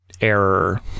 error